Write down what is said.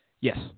Yes